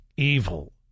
Evil